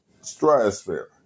stratosphere